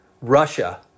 Russia